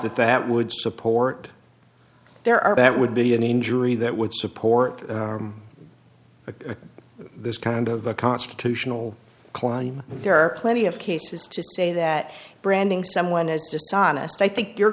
that that would support there are that would be an injury that would support a this kind of a constitutional klein there are plenty of cases to say that branding someone is dishonest i think your